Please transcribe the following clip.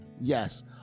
Yes